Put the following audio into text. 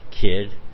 kid